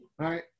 right